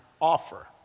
offer